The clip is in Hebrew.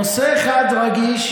נושא אחד רגיש,